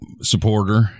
supporter